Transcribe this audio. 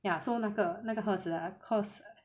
ya so 那个那个盒子啊 cause